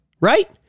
Right